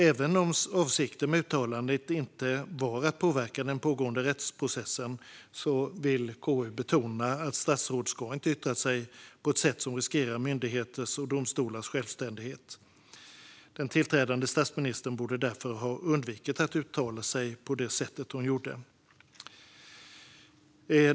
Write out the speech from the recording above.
Även om avsikten med uttalandet inte var att påverka den pågående rättsprocessen vill KU betona att statsråd inte ska yttra sig på ett sätt som riskerar myndigheters och domstolars självständighet. Den tillträdande statsministern borde därför ha undvikit att uttala sig på det sätt hon gjorde.